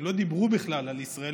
הם לא דיברו בכלל על ישראל,